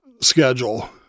schedule